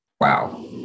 wow